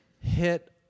hit